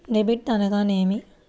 Debit అనగానేమి?